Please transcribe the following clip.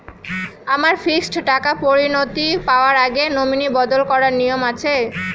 আমার ফিক্সড টাকা পরিনতি পাওয়ার আগে নমিনি বদল করার নিয়ম আছে?